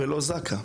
ולא זק"א,